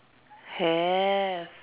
have